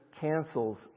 cancels